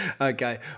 Okay